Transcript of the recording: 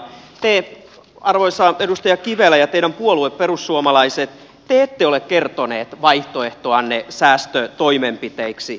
te arvoisa edustaja kivelä ja teidän puolueenne perussuomalaiset ette ole kertoneet vaihtoehtoanne säästötoimenpiteiksi